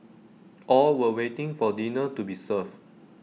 all were waiting for dinner to be served